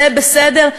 זה בסדר?